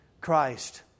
Christ